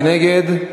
מי נגד?